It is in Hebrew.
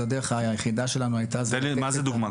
הדרך היחידה שלנו הייתה -- תן לי דוגמה,